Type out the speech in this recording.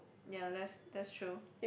ya that's that's true